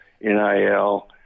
NIL